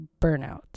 burnout